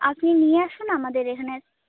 আপনি নিয়ে আসুন আমাদের এখানে